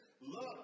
Look